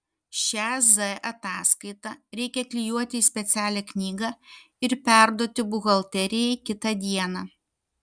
šią z ataskaitą reikia klijuoti į specialią knygą ir perduoti buhalterijai kitą dieną